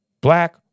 Black